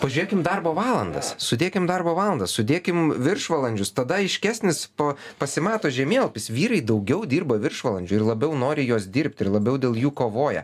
pažiūrėkim darbo valandas sudėkim darbo valandas sudėkim viršvalandžius tada aiškesnis po pasimato žemėlapis vyrai daugiau dirba viršvalandžių ir labiau nori juos dirbti ir labiau dėl jų kovoja